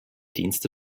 dienste